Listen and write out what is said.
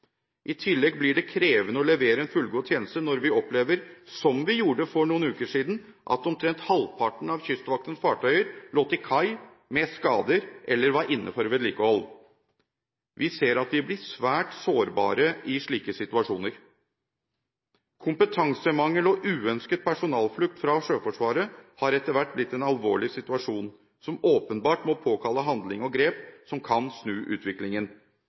I tillegg blir det krevende å levere en fullgod tjeneste når vi opplever – som vi gjorde for noen uker siden – at omtrent halvparten av Kystvaktens fartøyer lå til kai med skader eller var inne for vedlikehold. Vi ser at vi blir svært sårbare i slike situasjoner. Kompetansemangel og uønsket personalflukt fra Sjøforsvaret har etter hvert blitt en alvorlig situasjon, som åpenbart må påkalle handling og grep som kan snu utviklingen.